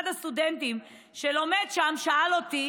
אחד הסטודנטים שלומד שם שאל אותי